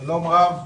שלום רב.